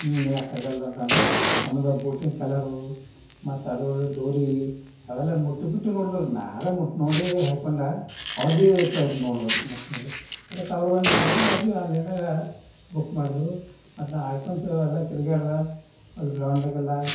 ಹ್ಞೂ ಯಾಕಾಗಲ್ಲ ಅಂತ ಅಂದರು ಆಮೇಲೆ ಬೂಟಿಂದ್ ಕಲರು ಮತ್ತು ಅದರ ಒಳಗಿಂದು ಡೋರಿ ಅವೆಲ್ಲ ಮುಟ್ಟಿ ಮುಟ್ಟಿ ನೋಡ್ಲತ್ತರ ನಾವೇ ಮುಟ್ಟಿ ನೋಡಿ ಹಾಯ್ಕೊಂಡ ಅವ್ರು ಭೀ ತೆಗೆದು ನೋಡ್ವಲ್ಲರು ಮುಟ್ಟಿ ನೋಡಿ ಅದಕ್ಕೆ ಅವರು ಏನು ಮಾಡಿದ್ರು ಅವ್ರು ಭೀ ಆನ್ಲೈನ್ದಾಗ ಬುಕ್ ಮಾಡಿದ್ರು ಮತ್ತು ನಾ ಹಾಯ್ಕೊಂತೀವಿ ಎಲ್ಲ ತಿರ್ಗಾಡಿದ ಅಲ್ಲಿ ಗ್ರೌಂಡ್ದಾಗೆಲ್ಲ